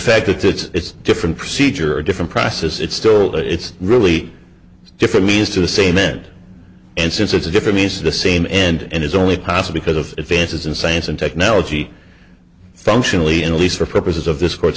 fact that it's different procedure a different process it's still it's really different means to the same end and since it's a different means to the same end and is only cost because of advances in science and technology functionally and least for purposes of this cour